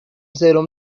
سرم